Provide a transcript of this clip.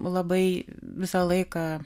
labai visą laiką